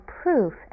proof